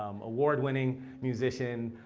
um award-winning musician,